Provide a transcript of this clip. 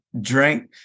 drink